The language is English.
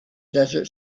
desert